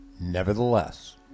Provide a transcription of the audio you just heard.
Nevertheless